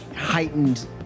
heightened